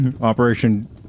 Operation